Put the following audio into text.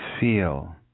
Feel